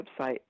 website